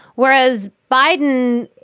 whereas biden,